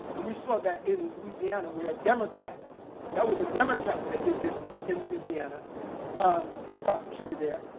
and we saw that in louisiana, where a democrat that was a democrat that did this in louisiana um the prosecutor there,